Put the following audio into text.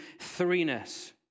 threeness